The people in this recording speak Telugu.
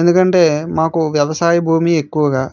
ఎందుకంటే మాకు వ్యవసాయ భూమి ఎక్కువగా